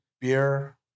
beer